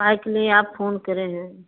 काहे के लिए आप फोन करे हैं